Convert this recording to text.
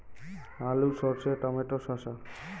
আলু সর্ষে টমেটো শসা